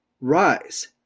Rise